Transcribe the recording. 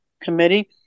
committee